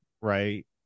right